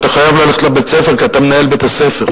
אתה חייב ללכת לבית-הספר כי אתה מנהל בית-הספר.